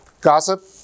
Gossip